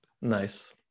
Nice